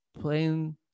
playing